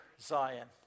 Zion